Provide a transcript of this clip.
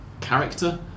character